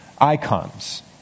icons